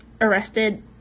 arrested